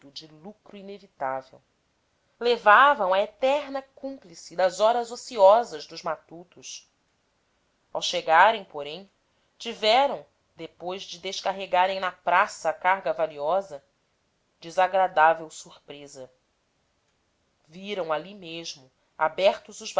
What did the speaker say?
de lucro inevitável levavam a eterna cúmplice das horas ociosas dos matutos ao chegarem porém tiveram depois de descarregarem na praça a carga valiosa desagradável surpresa viram ali mesmo abertos os